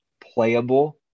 playable